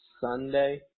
Sunday